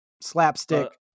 slapstick